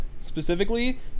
specifically